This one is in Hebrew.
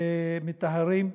מיטהרים,